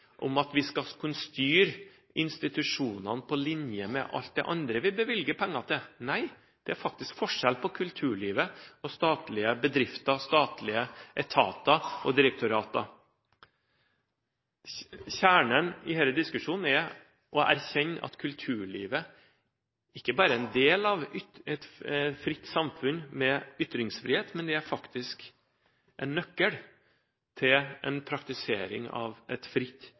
at vi skal kunne styre institusjonene på linje med alt det andre vi bevilger penger til. Nei, det er faktisk forskjell på kulturlivet og statlige bedrifter, statlige etater og direktorater. Kjernen i denne diskusjonen er å erkjenne at kulturlivet ikke bare er en del av et fritt samfunn med ytringsfrihet, men det er faktisk en nøkkel til praktiseringen av et fritt